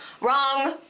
wrong